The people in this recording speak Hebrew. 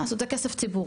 מה לעשות זה כסף ציבורי,